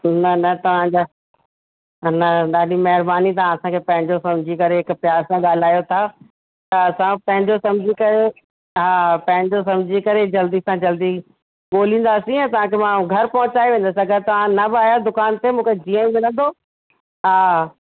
न न तव्हांजा न ॾाढी महिरबानी तव्हां असांखे पंहिंजो सम्झी करे हिक प्यार सां ॻाल्हायो था त असां बि पंहिंजो सम्झी करे हा पंहिंजो सम्झी करे जल्दी सां जल्दी ॻोल्हींदासीं ऐं तव्हांखे मां घर पहुंचाए वेंदसि अगरि तव्हां न बि आया दुकान ते मूंखे जीअं ई मिलंदो हा